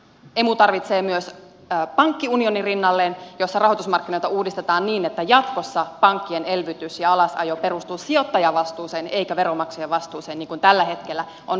emu tarvitsee rinnalleen myös pankkiunionin jossa rahoitusmarkkinoita uudistetaan niin että jatkossa pankkien elvytys ja alasajo perustuu sijoittajavastuuseen eikä veronmaksajan vastuuseen niin kuin tällä hetkellä on valitettavasti ollut